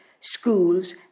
schools